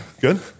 Good